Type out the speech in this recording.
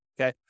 okay